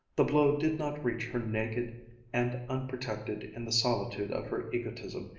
the blow did not reach her naked and unprotected in the solitude of her egotism,